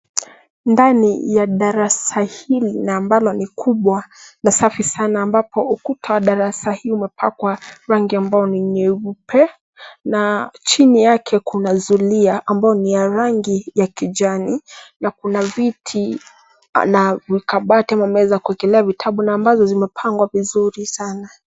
Ndani ya darasa hili na ambalo ni kubwa na safi sana ambapo ukuta wa darsa hili umepakwa rangi ambayo ni nyeupe na chini yake kuna zulia ambao ni ya rangi ya kijani na kuna viti na kabati ama meza ya kuekelea vitabu na ambazo zimepagwa vizuri sana.